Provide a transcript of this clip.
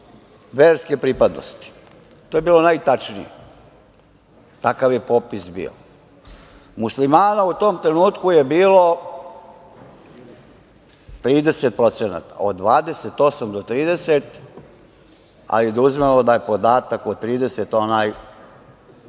verske pripadnosti. To je bilo najtačnije. Takav je popis bio. Muslimana u tom trenutku je bilo 30%, od 28 do 30%, ali da uzmemo da je podatak 30% onaj